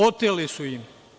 Oteli su im.